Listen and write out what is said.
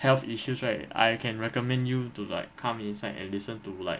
health issues right I can recommend you to like come inside and listen to like